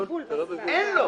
אוקיי, אסף,